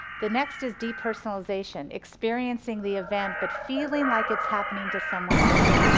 the next is depersonalization, experiencing the event but feeling like its happening to someone else,